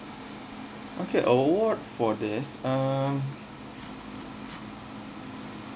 okay award for this um